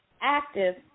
active